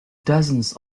dozens